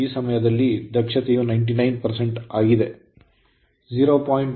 ಆ ಸಮಯದಲ್ಲಿ ದಕ್ಷತೆಯು 99 ಆಗಿತ್ತು